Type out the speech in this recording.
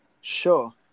Sure